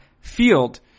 Field